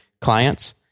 clients